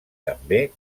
també